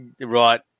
Right